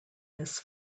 this